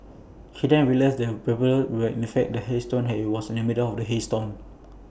he then realised that the 'pebbles' were in fact hailstones and he was in the middle of A hail storm